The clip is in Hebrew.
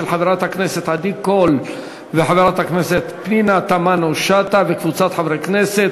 של חברת הכנסת עדי קול וחברת הכנסת פנינה תמנו-שטה וקבוצת חברי כנסת.